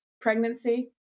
pregnancy